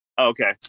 Okay